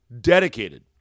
dedicated